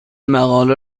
مقاله